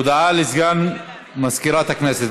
הודעה לסגן מזכירת הכנסת.